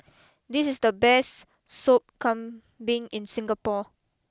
this is the best Sop Kambing in Singapore